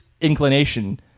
inclination